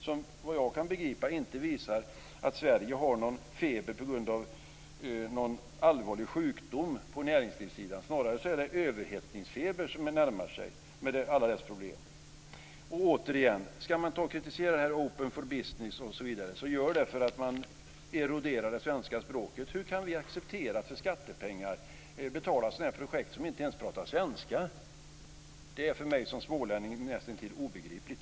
Den visar, vad jag kan begripa, inte att Sverige har någon feber på grund av någon allvarlig sjukdom på näringslivssidan. Snarare är det överhettningsfeber som närmar sig, med alla dess problem. Och återigen: Ska vi kritisera Open for Business så är det för att man eroderar det svenska språket. Hur kan vi acceptera att med skattepengar betala ett sådant här projekt som inte ens pratar svenska? Det är för mig som smålänning näst intill obegripligt.